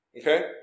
okay